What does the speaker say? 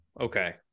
Okay